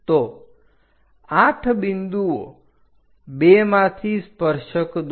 તો 8 બિંદુઓ 2 માંથી સ્પર્શક દોરો